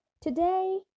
Today